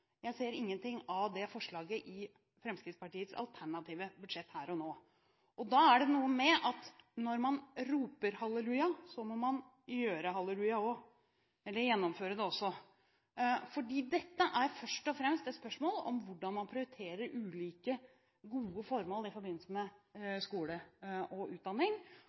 Jeg ser ingenting av det forslaget i Fremskrittspartiets alternative budsjett her og nå. Da er det noe med at når man roper halleluja, må man gjøre halleluja også, eller gjennomføre det også, for dette er først og fremst et spørsmål om hvordan man prioriterer ulike gode formål i forbindelse med skole og utdanning.